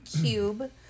Cube